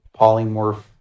polymorph